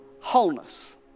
wholeness